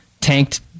tanked